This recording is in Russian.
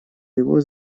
его